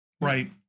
Right